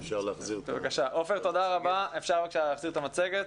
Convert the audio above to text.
בבקשה להחזיר את המצגת.